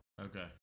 Okay